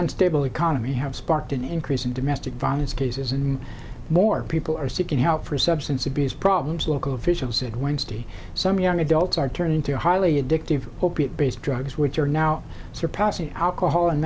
unstable economy have sparked an increase in domestic violence cases and more people are seeking help for substance abuse problems local officials said wednesday some young adults are turning to highly addictive opiate based drugs which are now surpassing alcohol and